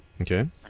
Okay